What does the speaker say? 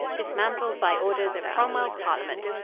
dismantled by orders of cromwell's parliament,